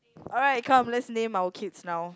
alright come let's name our kids now